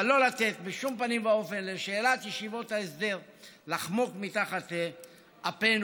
אבל לא לתת בשום פנים ואופן לשאלת ישיבות ההסדר לחמוק מתחת לאפנו,